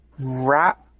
wrap